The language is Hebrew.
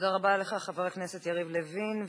תודה רבה לך, חבר הכנסת יריב לוין.